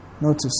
notice